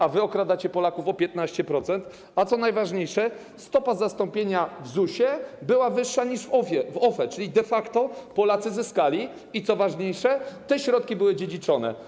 A wy okradacie Polaków o 15%, a co najważniejsze stopa zastąpienia w ZUS była wyższa niż w OFE, czyli de facto Polacy zyskali i, co ważniejsze, te środki były dziedziczone.